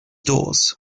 dawes